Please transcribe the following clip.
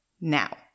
Now